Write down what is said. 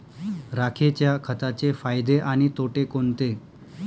राखेच्या खताचे फायदे आणि तोटे कोणते?